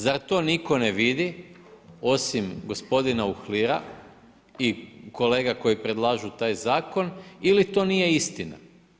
Zar to niko ne vidi osim gospodina Uhlira i kolega koji predlažu taj zakon ili to nije istina?